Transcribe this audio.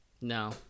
No